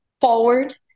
forward